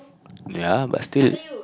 yeah but still